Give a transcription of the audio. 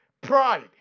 pride